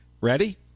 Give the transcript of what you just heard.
ready